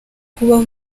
kubaho